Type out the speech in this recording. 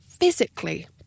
physically